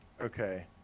okay